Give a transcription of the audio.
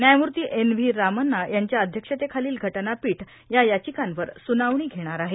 न्यायमूर्ती N V Ramana यांच्या अध्यक्षतेखालील घटनापीठ या याचिकांवर सुनावणी घेणार आहे